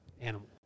animal